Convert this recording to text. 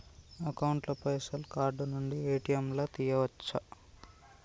Account ల పైసల్ card నుండి ఏ.టి.ఎమ్ లా తియ్యచ్చా?